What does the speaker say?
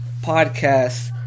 Podcast